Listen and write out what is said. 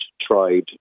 tried